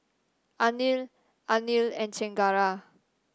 Anil Anil and Chengara